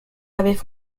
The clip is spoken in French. avaient